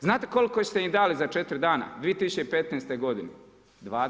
Znate koliko ste im dali za četiri dana 2015. godine?